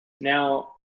Now